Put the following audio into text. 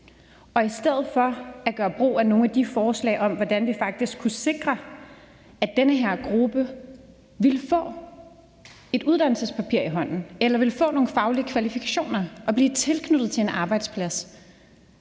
i stedet for at man gør brug af nogle af de forslag om, hvordan vi faktisk kunne sikre, at den her gruppe ville kunne få et uddannelsespapir i hånden eller ville kunne få nogle faglige kvalifikationer og blive tilknyttet til en arbejdsplads,